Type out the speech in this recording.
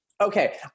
Okay